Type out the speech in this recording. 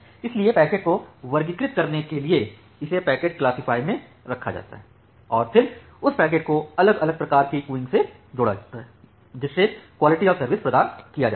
इसलिए पैकेट को वर्गीकृत करने के लिए इसे पैकेट क्लासिफाय में रखा जाता है और फिर उस पैकेट को अलग अलग प्रकार की कियूस से जोड़ा जाता है जिससे क्वालिटी ऑफ सर्विस प्रदान किया जा सके